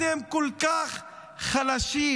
אתם כל כך חלשים,